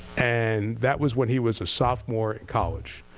and that was when he was a sophomore in college.